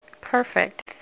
Perfect